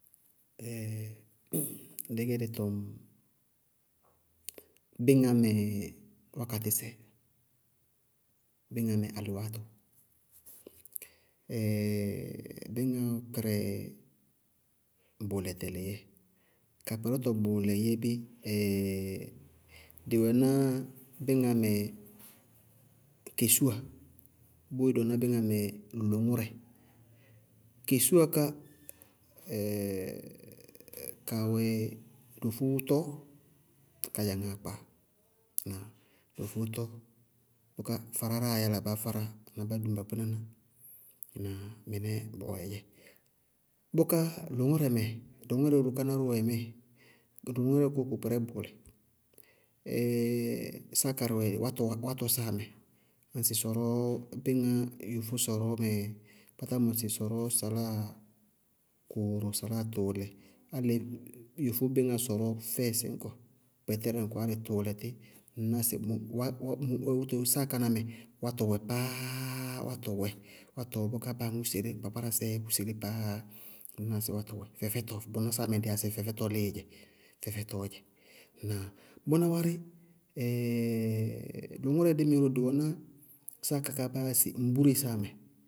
dɩí gɛ dí tɔŋ bíŋá mɛ wákatɩsɛ, bíŋá mɛ alewátʋ. Ɛɛɛ kpɛrɛ bʋʋlɛ tɛlɩíyɛ ka kpɛrɛtɔ bʋʋlɛ yɛ bé? dɩ wɛná bíŋá mɛ kesúwa bʋʋ dɩ wɛná bíŋá mɛ lʋŋʋrɛ. Kesúwa ka ka wɛ dofóó tɔ kádzaŋáá kpá, ŋnáa? Dofóó tɔ, bʋká fáráráaá yála baá fárá na bá dʋŋ ba kpínaná. Ŋnáa? Mɩnɛɛ bʋwɛɛdzɛ, bʋká lʋŋʋrɛ mɛ, lʋŋʋrɛ ró káná ró wɛ ŋmíɩ, lɔ lʋŋʋrɛ bʋ, bʋ kpɛrɛ bʋʋlɛ: ɛɛɛ sáa karɩmɛ wátɔɔɔwá, wátɔ ŋsɩ sɔrɔɔ bíŋá, yofó sɔrɔɔ mɛ, kpátá mɔsɩ sɔrɔɔ saláa kʋʋrʋ, saláa tʋʋlɛ álɩ yofó bíŋá sɔrɔɔ fɛɛsɩ ñkɔ, gbɛtɛrɛ ñkɔ álɩ tʋʋlɛtí, ŋñná sɩ wá wóto sáa káná mɛ wátɔ wɛ páá wátɔ wɛ, wátɔ wɛ bʋká báa aŋʋʋ selé kpákpárásɛɛ selé páá. Ŋñná sɩ wátɔ wɛ, fɛfɛtɔ, bʋná sáa mɛɛ dɩí yá sɩ fɛfɛtɔɔ líɩí dzɛ. Fɛfɛtɔɔ dzɛ. Ŋnáa? Bʋná wárí, lʋŋʋrɛ dí mɛ ró dɩ wɛná sáa ká kaá mɛɛ baa yáa sɩ ŋbúre sáa mɛ.